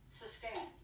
sustain